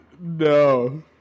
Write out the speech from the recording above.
No